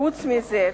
חוץ מזה,